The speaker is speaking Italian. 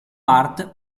art